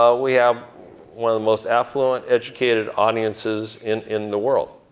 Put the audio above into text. ah we have one of the most affluent, educated audiences in in the world,